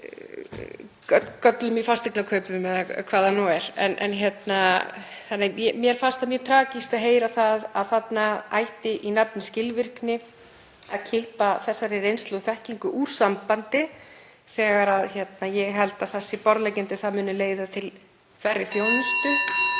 göllum í fasteignakaupum eða hvað það nú er. Mér fannst það mjög tragískt að heyra það að þarna ætti í nafni skilvirkni að kippa þessari reynslu og þekkingu úr sambandi þegar ég held að það sé borðleggjandi að það muni leiða til verri þjónustu